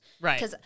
Right